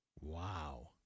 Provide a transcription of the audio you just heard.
Wow